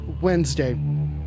wednesday